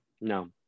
No